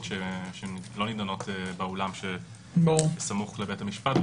שלא נידונות באולם הסמוך לבית המשפט.